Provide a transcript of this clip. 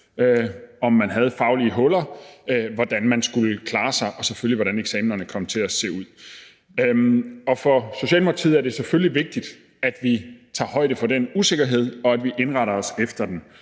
om man havde nogle faglige huller, hvordan man skulle klare sig, og selvfølgelig, hvordan eksamenerne ville komme til at se ud. Og for Socialdemokratiet er det selvfølgelig vigtigt, at vi tager højde for den usikkerhed, og at vi indretter os efter den,